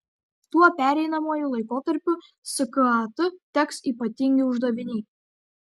tuo pereinamuoju laikotarpiu skat teks ypatingi uždaviniai